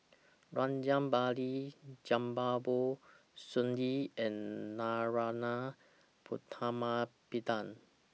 Rajabali Jumabhoy Sun Yee and Narana Putumaippittan